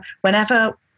whenever